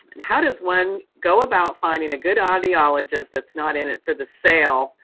how does one go about finding a good audiologist that's not in it for the sale?